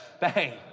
Bang